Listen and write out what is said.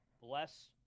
Bless